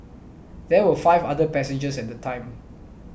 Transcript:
there were five other passengers at the time